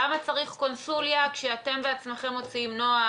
למה צריך קונסוליה כשאתם בעצמכם מוציאים נוהל?